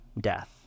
death